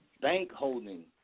bank-holding